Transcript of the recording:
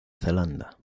zelanda